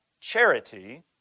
charity